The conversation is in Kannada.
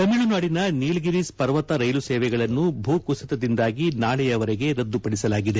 ತಮಿಳುನಾದಿನ ನೀಲಗಿರೀಸ್ ಪರ್ವತ ರೈಲು ಸೇವೆಗಳನ್ನು ಭೂಕುಸಿತದಿಂದಾಗಿ ನಾಳೆಯವರೆಗೆ ರದ್ದುಪದಿಸಲಾಗಿದೆ